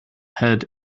head